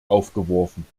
aufgeworfen